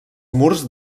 murs